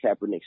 Kaepernick